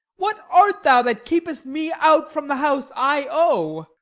what art thou that keep'st me out from the house i owe?